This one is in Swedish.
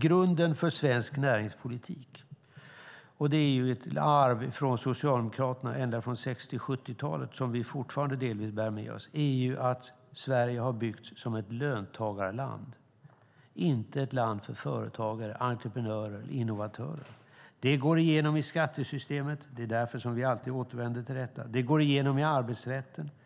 Grunden för svensk näringspolitik - och detta är ett arv från Socialdemokraterna ända från 60 och 70-talet som vi delvis fortfarande bär med oss - är att Sverige har byggts som ett löntagarland och inte som ett land för företagare, entreprenörer och innovatörer. Detta går igen i skattesystemet. Det är därför som vi alltid återvänder till detta. Det går igen i arbetsrätten. Det var 70-talets